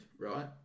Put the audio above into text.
right